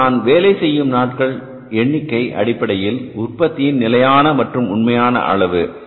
இப்போது நான் வேலை செய்யும் நாட்களின் எண்ணிக்கை அடிப்படையில் உற்பத்தியின் நிலையான மற்றும் உண்மையான அளவு